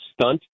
stunt